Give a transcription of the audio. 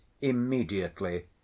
immediately